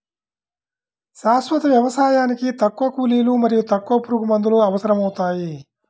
శాశ్వత వ్యవసాయానికి తక్కువ కూలీలు మరియు తక్కువ పురుగుమందులు అవసరమవుతాయి